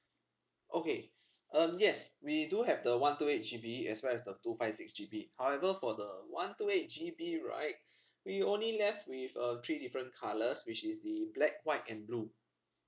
okay um yes we do have the one two eight G B as well as the two five six G B however for the one two eight G B right we only left with uh three different colours which is the black white and blue